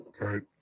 Right